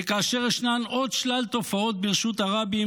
וכאשר ישנן עוד שלל תופעות ברשות הרבים